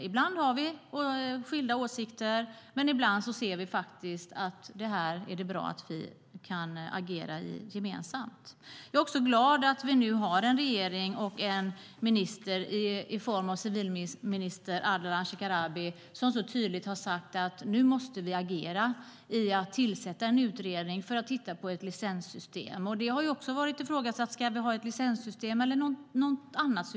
Ibland har vi skilda åsikter, men ibland ser vi faktiskt att det är bra att vi kan agera gemensamt. Jag är också glad över att vi nu har en regering och en minister i form av civilminister Ardalan Shekarabi, som så tydligt har sagt att vi måste agera och tillsätta en utredning för att titta på ett licenssystem. Det har också varit ifrågasatt om vi ska ha ett licenssystem eller något annat.